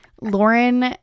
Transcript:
Lauren